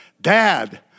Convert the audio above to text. Dad